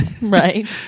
Right